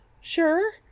sure